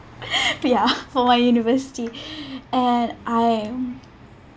ya for my university and I